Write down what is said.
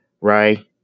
right